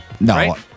No